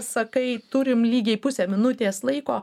sakai turim lygiai pusę minutės laiko